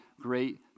great